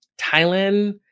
Thailand